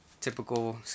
typical